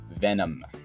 Venom